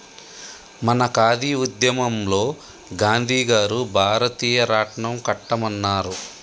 మన ఖాదీ ఉద్యమంలో గాంధీ గారు భారతీయ రాట్నం కట్టమన్నారు